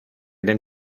denn